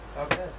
Okay